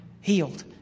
healed